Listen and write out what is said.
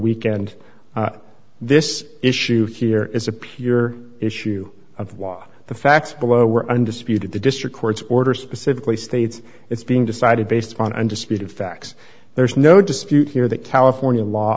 weekend this issue here is a pure issue of law the facts below were undisputed the district court's order specifically states it's being decided based upon undisputed facts there's no dispute here that california law